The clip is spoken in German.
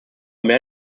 mehr